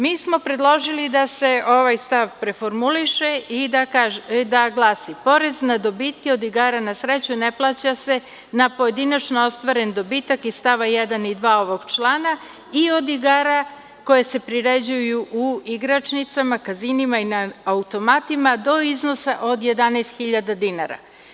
Mi smo predložili da se ovaj stav preformuliše i da glasi: „Porez na dobitke od igara na sreću ne plaća se na pojedinačno ostvaren dobitak iz st. 1. i 2. ovog člana i od igara koje se priređuju u igračnicama, kazinima i na automatima, do iznosa od 11.000 dinara“